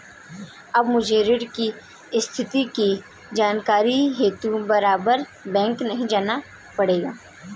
अब मुझे ऋण की स्थिति की जानकारी हेतु बारबार बैंक नहीं जाना पड़ेगा